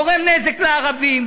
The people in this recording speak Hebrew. גורם נזק לערבים,